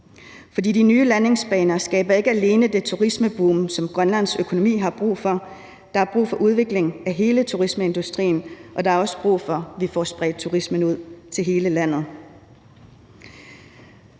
For de nye landingsbaner skaber ikke alene det turismeboom, som Grønlands økonomi har brug for, der er brug for udvikling af hele turismeindustrien, og der er også brug for, at vi får spredt turismen ud til hele landet.